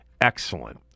excellent